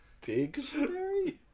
Dictionary